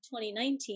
2019